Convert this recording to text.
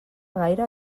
gaire